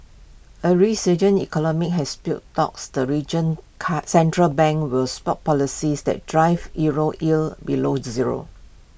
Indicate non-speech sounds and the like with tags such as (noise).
A resurgent economy has spurred talks the region's (unintelligible) central bank will spot policies that drove euro yields below zero